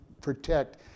protect